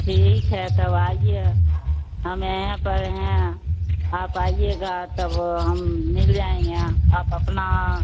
ठीक है तब आएं हम यहां पर हैं आप आएं तब हम मिल जाएंगे आप अपना